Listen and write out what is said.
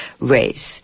race